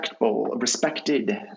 respected